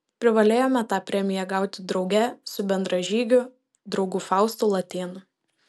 privalėjome tą premiją gauti drauge su bendražygiu draugu faustu latėnu